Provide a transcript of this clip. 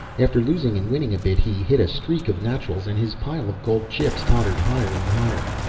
after losing and winning a bit he hit a streak of naturals and his pile of gold chips tottered higher and higher.